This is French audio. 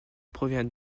provient